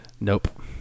Nope